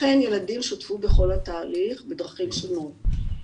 אכן ילדים שותפו בכל התהליך בדרכים שונות.